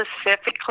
specifically